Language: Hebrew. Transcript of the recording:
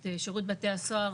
את שירות בתי הסוהר.